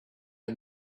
had